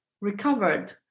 recovered